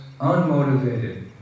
unmotivated